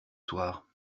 soir